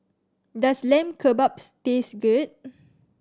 does Lamb Kebabs taste good